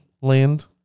land